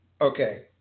Okay